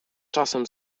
czasem